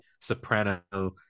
Soprano